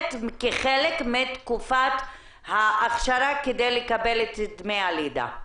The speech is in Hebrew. כחלק מתקופת ההכשרה כדי לקבל את דמי הלידה.